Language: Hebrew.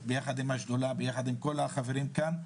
יחד עם השדולה ויחד עם כל החברים כאן,